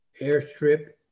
airstrip